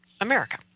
America